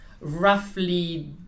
roughly